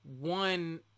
one